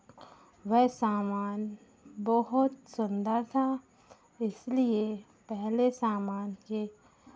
वह सामान बहुत सुन्दर था इसलिए पहले सामान के